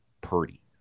Purdy